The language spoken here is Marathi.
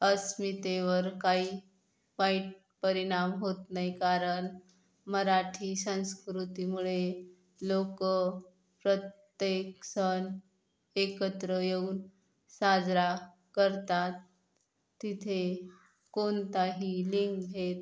अस्मितेवर काही वाईट परिणाम होत नाही कारण मराठी संस्कृतीमुळे लोक प्रत्येक सण एकत्र येऊन साजरा करतात तिथे कोणताही लिंगभेद